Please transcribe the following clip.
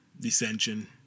dissension